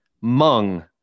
Mung